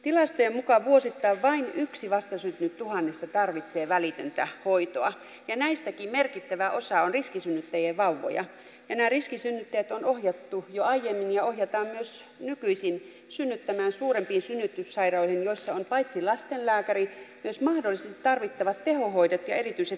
tilastojen mukaan vuosittain vain yksi vastasyntynyt tuhannesta tarvitsee välitöntä hoitoa ja näistäkin merkittävä osa on riskisynnyttäjien vauvoja ja nämä riskisynnyttäjät on ohjattu jo aiemmin ja ohjataan myös nykyisin synnyttämään suurempiin synnytyssairaaloihin joissa on paitsi lastenlääkärit myös mahdollisesti tarvittavat tehohoidot ja erityiset jatkotoimenpiteet